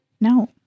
No